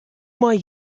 mei